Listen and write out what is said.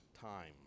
time